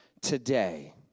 today